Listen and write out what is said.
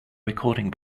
recording